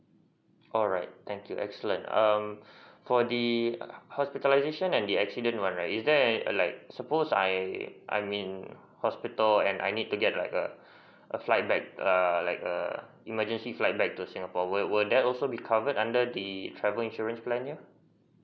alright thank you excellent um for the hospitalization and the accident one right is there like supposed I I mean hospital and I need to get like a a flight back err like a emergency flight back to singapore would would that also be covered under the travel insurance plan here